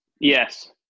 Yes